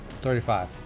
35